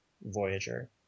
Voyager